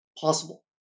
possible